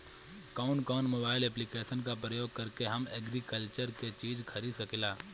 कउन कउन mobile application का प्रयोग करके हम एग्रीकल्चर के चिज खरीद सकिला?